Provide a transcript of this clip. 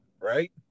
right